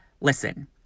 Listen